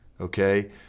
okay